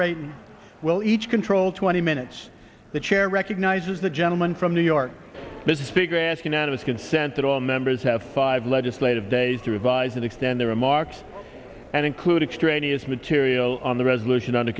rate will each control twenty minutes the chair recognizes the gentleman from new york business speaker ask unanimous consent that all members have five legislative days to revise and extend their remarks and include extraneous material on the resolution under